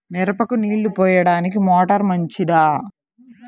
మిరపకు నీళ్ళు పోయడానికి మోటారు మంచిదా?